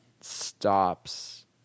stops